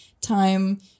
time